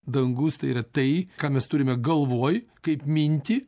dangus tai yra tai ką mes turime galvoj kaip mintį